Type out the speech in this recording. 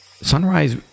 Sunrise